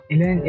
Ilan